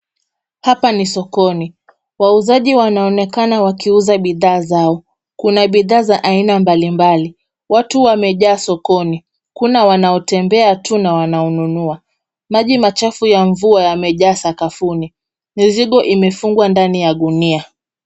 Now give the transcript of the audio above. Hapa ni sokoni. Wauzaji wanaonekana wakiuza bidhaa zao. Kuna bidhaa za aina mbalimbali. Watu wamejaa sokoni. Kuna wanaotembea tu na wanaonunua. Maji machafu ya mvua yamejaa sakafuni. Mizigo imefungwa ndani ya gunia.